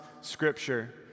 Scripture